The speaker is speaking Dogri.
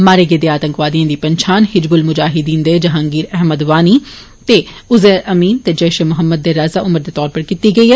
मारे गेदे आंतकवादिएं दी पंछान हिज्बुल मुजाहिद्दीन दे जहांगीर अहमद वानी ते उज़ैर अमीन ते जैश ए मोहम्मद दे राजा उमर दे तौरा पर कीती गेई ऐ